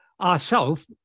Ourself